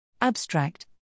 Abstract